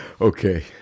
Okay